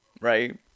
Right